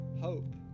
hope